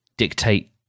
dictate